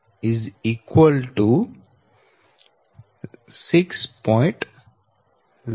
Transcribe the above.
62 42 6